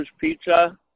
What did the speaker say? Pizza